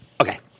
Okay